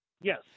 Yes